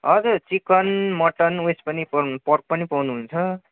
हजुर chicken mutton उइस पनि पर्क पनि पाउनुहुन्छ